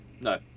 no